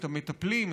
את המטפלים,